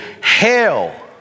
hell